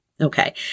Okay